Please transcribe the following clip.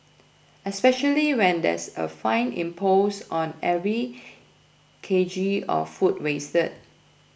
especially when there's a fine imposed on every K G of food wasted